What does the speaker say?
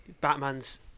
Batman's